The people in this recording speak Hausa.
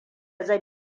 zan